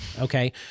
okay